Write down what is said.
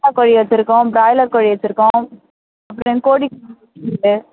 பொந்தாக் கோழி வச்சுருக்கோம் ப்ராய்லர் கோழி வச்சுருக்கோம் அப்புறம் காேழி குஞ்சு இருக்குது